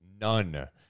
none